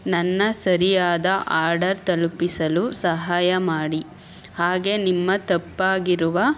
ನನ್ನ ಸರಿಯಾದ ಆರ್ಡರ್ ತಲುಪಿಸಲು ಸಹಾಯ ಮಾಡಿ ಹಾಗೆ ನಿಮ್ಮ ತಪ್ಪಾಗಿರುವ